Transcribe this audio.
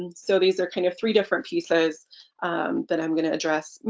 so these are kind of three different pieces that i'm gonna address.